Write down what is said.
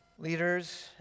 leaders